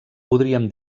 podríem